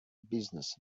business